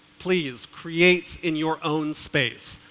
please create in your own space,